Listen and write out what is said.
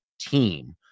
team